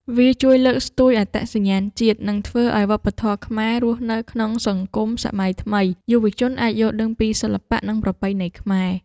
វាជួយលើកស្ទួយអត្តសញ្ញាណជាតិ និងធ្វើឲ្យវប្បធម៌ខ្មែររស់នៅក្នុងសង្គមសម័យថ្មី។ យុវជនអាចយល់ដឹងពីសិល្បៈ និងប្រពៃណីខ្មែរ